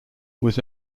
was